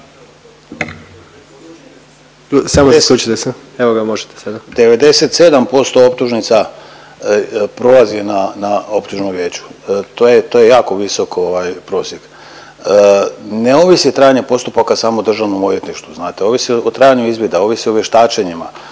Samo isključite se. Evo ga, možete sada.